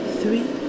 three